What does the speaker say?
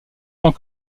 tant